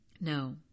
No